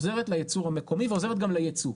היא עוזרת לייצור המקומי ועוזרת גם ליצוא,